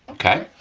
okay?